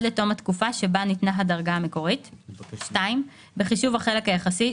לתום התקופה שבה ניתנה הדרגה המקורית" (2) בחישוב החלק היחסי,